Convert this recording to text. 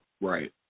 Right